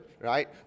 right